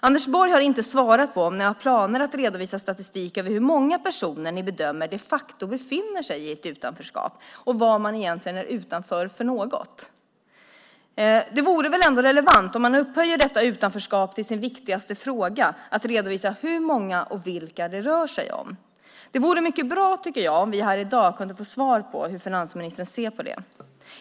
Anders Borg har inte svarat på om ni har planer på att redovisa statistik över hur många personer ni bedömer de facto befinner sig i ett utanförskap och vad man egentligen är utanför för något. Upphöjer man utanförskapet till sin viktigaste fråga vore det väl ändå relevant att redovisa hur många och vilka det rör sig om? Det vore mycket bra om vi här i dag kan få svar på hur finansministern ser på det.